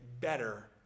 better